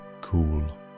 cool